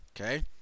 okay